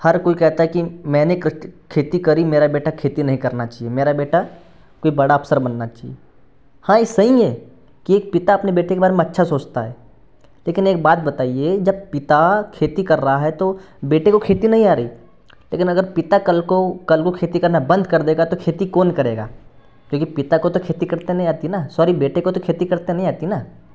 हर कोई कहता है कि मैंने कृति खेती करी मेरा बेटा खेती नहीं करना चाहिए मेरा बेटा कोई बड़ा अफ़सर बनना चाहिए हाँ ये सही है कि एक पिता अपने बेटे के बारे में अच्छा सोचता है लेकिन एक बात बताइए जब पिता खेती कर रहा है तो बेटे को खेती नहीं आ रही लेकिन अगर पिता कल को कल को खेती करना बंद कर देगा तो खेती कौन करेगा क्योंकि पिता को तो खेती करते नहीं आती ना सॉरी बेटे को तो खेती करते नहीं आती ना